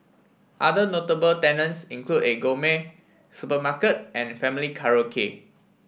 other notable tenants include a gourmet supermarket and family karaoke